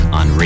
on